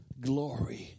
glory